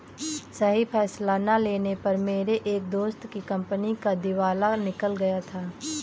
सही फैसला ना लेने पर मेरे एक दोस्त की कंपनी का दिवाला निकल गया था